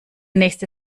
nächste